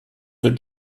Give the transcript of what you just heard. the